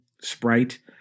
sprite